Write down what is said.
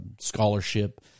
scholarship